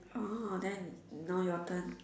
oh then now your turn